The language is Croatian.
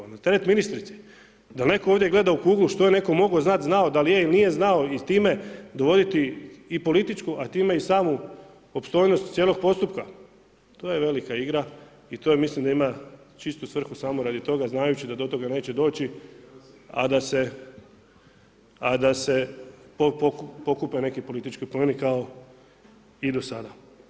Ali na teret ministrici da netko ovdje gleda u kuglu što je netko mogao znati, znao da li je ili nije znao i s time dovoditi i političku a time i samu opstojnost cijelog postupka, to je velika igra i to mislim da ima čistu svrhu samo radi toga znajući da do toga neće doći a da se pokupe neki politički poeni kao i do sada.